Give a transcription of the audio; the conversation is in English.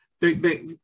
they—they